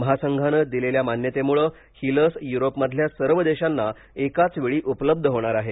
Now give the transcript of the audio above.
महासंघानं दिलेल्या मान्यतेमुळं ही लस युरोपमधल्या सर्व देशांना एकाच वेळी उपलब्ध होणार आहे